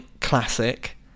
classic